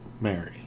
Mary